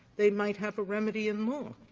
they might have a remedy in law.